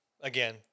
Again